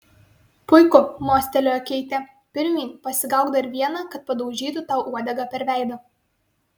puiku mostelėjo keitė pirmyn pasigauk dar vieną kad padaužytų tau uodega per veidą